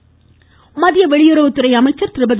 சுஷ்மா மத்திய வெளியுறவுத்துறை அமைச்சர் திருமதி